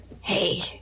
Hey